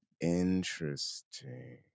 Interesting